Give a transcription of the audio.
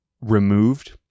removed